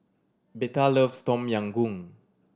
Betha loves Tom Yam Goong